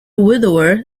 widower